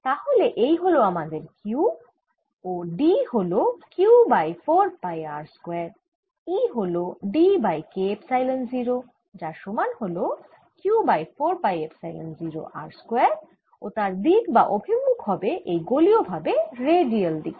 তাহলে এই হল আমাদের Q ও D হল Q by 4 pi r square E হল D বাই K এপসাইলন 0 যার সমান হল Q by 4 pi epsilon 0 r square ও তার দিক বা অভিমুখ হবে এই গোলীয় ভাবে রেডিয়াল দিকে